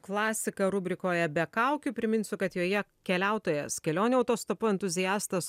klasika rubrikoje be kaukių priminsiu kad joje keliautojas kelionių autostopu entuziastas